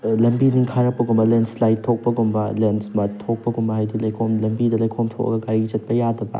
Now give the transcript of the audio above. ꯂꯝꯕꯤ ꯅꯤꯡꯈꯥꯏꯔꯛꯄꯒꯨꯝꯕ ꯂꯦꯟ ꯁ꯭ꯂꯥꯏꯗ ꯊꯣꯛꯄꯒꯨꯝꯕ ꯂꯦꯟ ꯁ꯭ꯂꯥꯏꯗ ꯊꯣꯛꯄꯒꯨꯝꯕ ꯍꯥꯏꯗꯤ ꯂꯩꯈꯣꯝ ꯂꯝꯕꯤꯗ ꯂꯩꯈꯣꯝ ꯊꯣꯛꯑꯒ ꯒꯥꯔꯤ ꯆꯠꯄ ꯌꯥꯗꯕ